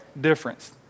difference